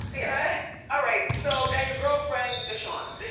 yeah ah right, so, now your girlfriend deshanna.